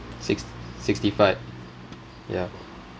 six sixty five yeah